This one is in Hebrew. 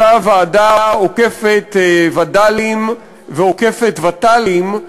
אותה ועדה עוקפת וד"לים ועוקפת ות"לים,